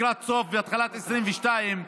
לקראת סופה והתחלת 2022,